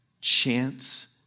chance